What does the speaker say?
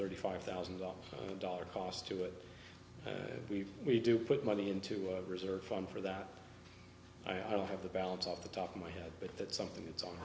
thirty five thousand dollars dollar cost to it we we do put money into a reserve fund for that i don't have the balance off the top of my head but that's something that's